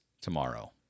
tomorrow